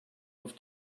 love